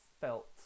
felt